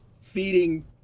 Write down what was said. feeding